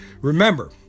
Remember